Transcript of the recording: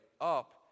up